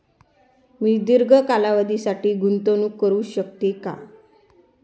मी दीर्घ कालावधीसाठी गुंतवणूक करू शकते का?